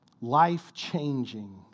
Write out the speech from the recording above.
life-changing